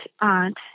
aunt